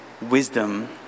wisdom